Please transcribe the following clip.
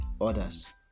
others